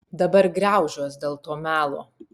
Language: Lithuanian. dabar griaužiuos dėl to melo